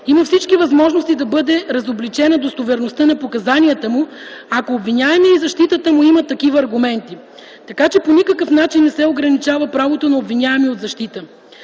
Има всички възможности да бъде разобличена достоверността на показанията му, ако обвиняемият и защитата му имат такива аргументи. Така че по никакъв начин не се ограничава правото на обвиняемия от защита.